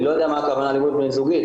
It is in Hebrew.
אני לא יודע מה הכוונה אלימות בן זוגית,